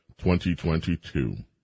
2022